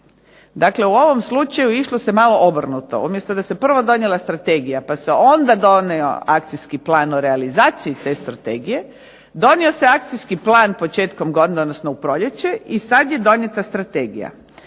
Dakle, u ovom slučaju išlo se malo obrnuto. Umjesto da se prvo donijela Strategija, pa se onda donio akcijski plan u realizaciji te Strategije donio se akcijski plan početkom godine, odnosno u Proljeće i sad je donijeta Strategija.